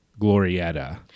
glorietta